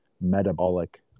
metabolic